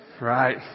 Right